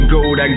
Gold